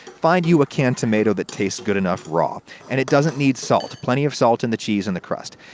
find you a canned tomato that tastes good enough raw. and it doesn't need salt. plenty of salt in the cheese and the crust.